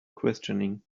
questioning